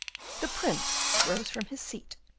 the prince rose from his seat,